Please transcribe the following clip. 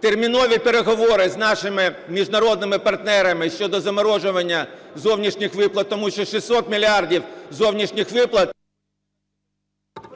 Термінові переговори з нашими міжнародними партнерами щодо заморожування зовнішніх виплат, тому що 600 мільярдів зовнішніх виплат… ГОЛОВУЮЧИЙ.